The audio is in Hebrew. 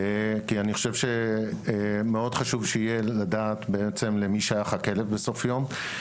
כי אני חושב שמאוד חשוב לדעת למי שייך הכלב בסוף יום.